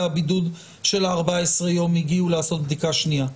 הבידוד של 14 יום שהגיעו לעשות בדיקה שנייה.